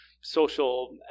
social